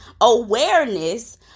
awareness